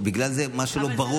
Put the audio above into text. אבל זה לא חוק.